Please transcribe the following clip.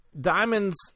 Diamonds